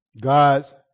God's